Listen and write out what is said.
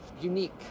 unique